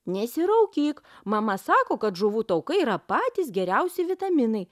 nesiraukyk mama sako kad žuvų taukai yra patys geriausi vitaminai